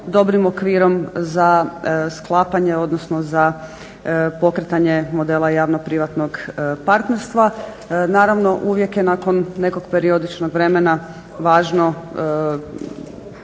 dobrim okvirom za sklapanje, odnosno za pokretanje modela javno-privatnog partnerstva. Naravno, uvijek je nakon nekog periodičnog vremena važno